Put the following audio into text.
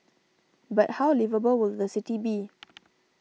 but how liveable will the city be